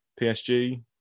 PSG